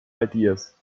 ideas